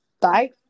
Bye